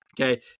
Okay